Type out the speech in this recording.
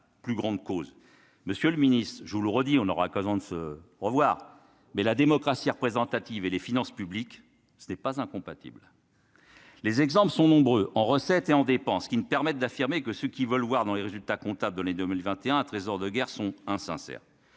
plus grande cause Monsieur le Ministre, je vous le redis on aura qu'avant de se revoir, mais la démocratie représentative et les finances publiques, ce n'est pas incompatible. Les exemples sont nombreux en recettes et en dépenses qui ne permettent d'affirmer que ceux qui veulent voir dans les résultats comptables dans les 2021 trésor de guerre sont insincère.